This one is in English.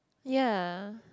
ya